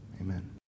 Amen